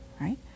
right